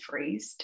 freezed